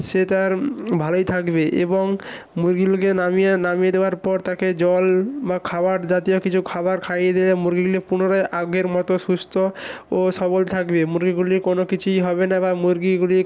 সে তার ভালোই থাকবে এবং মুরগিগুলোকে নামিয়ে নামিয়ে দেওয়ার পর তাকে জল বা খাওয়ার জাতীয় কিছু খাওয়ার খাইয়ে দিলে মুরগিগুলি পুনরায় আগের মতো সুস্থ ও সবল থাকবে মুরগিগুলির কোনো কিছুই হবে না বা মুরগিগুলি